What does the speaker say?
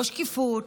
לא שקיפות,